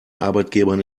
arbeitgebern